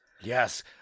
Yes